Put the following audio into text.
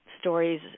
stories